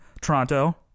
Toronto